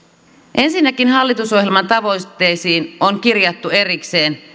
ensinnäkin hallitusohjelman tavoitteisiin on kirjattu erikseen